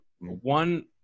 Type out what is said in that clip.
one